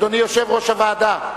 אדוני יושב-ראש הוועדה,